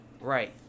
Right